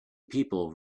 people